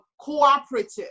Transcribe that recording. cooperative